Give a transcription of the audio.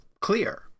clear